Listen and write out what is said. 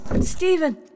Stephen